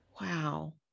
Wow